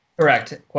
Correct